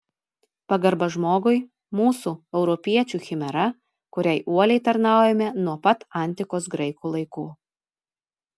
pagarba žmogui mūsų europiečių chimera kuriai uoliai tarnaujame nuo pat antikos graikų laikų